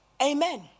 Amen